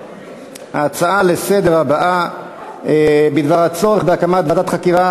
הצעה לסדר-היום מס' 1687: הצורך בהקמת ועדת חקירה